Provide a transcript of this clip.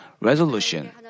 resolution